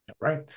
Right